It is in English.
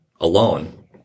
alone